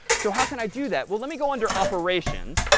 so how can i do that? well, let me go under operations.